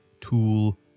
tool